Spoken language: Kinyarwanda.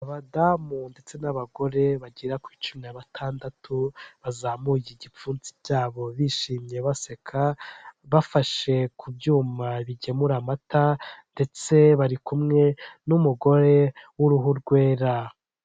Iri ku murongo y'amagorofa asize amarangi y'umweru n'umuhondo asakaje amabati y'umutuku imbere hari igiti kirekire kirimo insinga zikwirakwiza umuriro w'amashanyarazi.